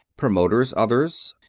promoters others,